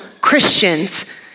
Christians